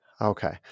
Okay